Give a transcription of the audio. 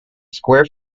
square